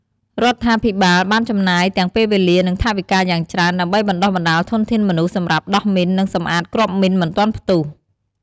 រដ្ឋាភិបាលបានចំណាយទាំងពេលវេលា និង ថវិកាយ៉ាងច្រើន ដើម្បីបណ្តុះបណ្តាលធនធានមនុស្សសម្រាប់ដោះមីន និងសម្អាតគ្រាប់មីនមិនទាន់ផ្ទះ។